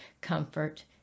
comfort